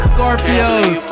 Scorpios